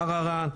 ערערה,